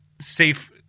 safe